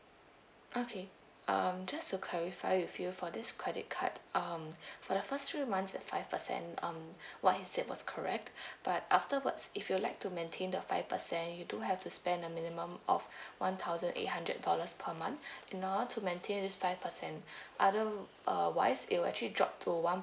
okay um just to clarify with you for this credit card um for the first three months at five percent um what he said was correct but afterwards if you'll like to maintain the five percent you do have to spend a minimum of one thousand eight hundred dollars per month in order to maintain this five percent other~ uh ~ wise it will actually drop to one